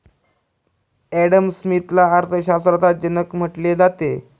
Adam स्मिथला अर्थशास्त्राचा जनक म्हटले जाते